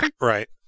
Right